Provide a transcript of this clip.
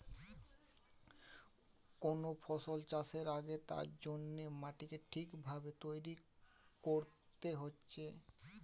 কোন ফসল চাষের আগে তার জন্যে মাটিকে ঠিক ভাবে তৈরী কোরতে হচ্ছে